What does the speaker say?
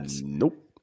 Nope